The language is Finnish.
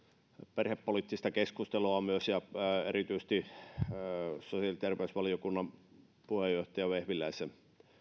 perhepoliittista keskustelua ja erityisesti sosiaali ja terveysvaliokunnan puheenjohtaja vehviläisen